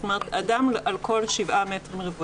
זאת אומרת, אדם על כל שבעה מ"ר.